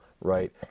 right